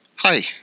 Hi